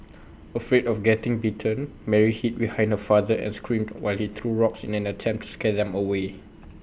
afraid of getting bitten Mary hid behind her father and screamed while he threw rocks in an attempt scare them away